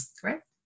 correct